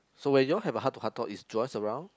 so when you all have a heart to heart talk is Joyce around